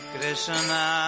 Krishna